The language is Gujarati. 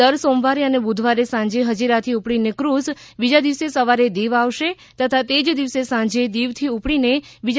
દર સોમવારે અને બુધવારે સાંજે હજીરાથી ઉપડીને ફ્રૂઝ બીજા દિવસે સવારે દીવ આવશે તથા તે જ દિવસે સાંજે દીવથી ઉપડીને બીજા દિવસે હજીરા પરત ફરશે